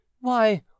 Why